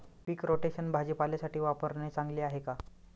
पीक rotation भाजीपाल्यासाठी वापरणे चांगले आहे का?